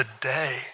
today